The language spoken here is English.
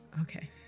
Okay